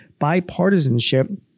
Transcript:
bipartisanship